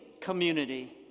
community